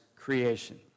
creation